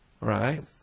Right